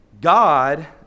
God